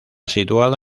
situado